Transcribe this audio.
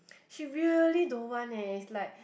she really don't want eh is like